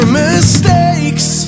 mistakes